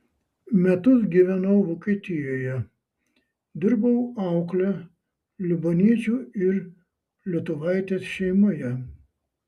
metus gyvenau vokietijoje dirbau aukle libaniečio ir lietuvaitės šeimoje